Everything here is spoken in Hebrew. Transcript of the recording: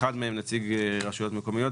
שאחד מהם הוא נציג רשויות מקומיות,